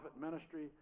ministry